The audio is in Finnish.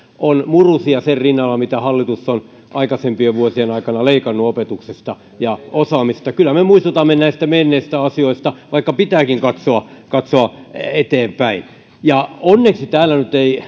on murusia sen rinnalla mitä hallitus on aikaisempien vuosien aikana leikannut opetuksesta ja osaamisesta kyllä me muistutamme näistä menneistä asioista vaikka pitääkin katsoa katsoa eteenpäin ja onneksi täällä ei